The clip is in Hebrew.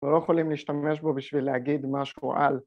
‫לא יכולים להשתמש בו ‫בשביל להגיד משהו על.